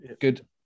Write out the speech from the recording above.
Good